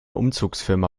umzugsfirma